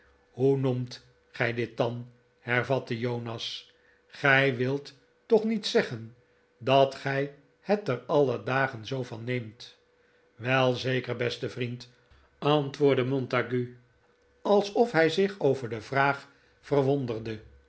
hoe noemt gij dit dan hervatte jonas gij wilt toch niet zeggen dat gij het er alle dagen zoo van neemt wel zeker beste vriend antwoor'dde montague alsof hij zich over de vraag verwonderde